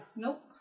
Nope